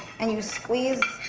and you squeeze.